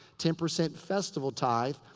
ten percent festival tithe.